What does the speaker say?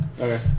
Okay